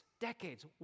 Decades